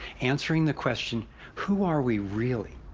answering the question who are we really?